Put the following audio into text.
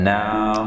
now